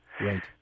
Right